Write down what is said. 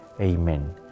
Amen